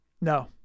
No